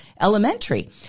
elementary